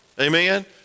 Amen